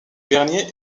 bernier